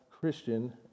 Christian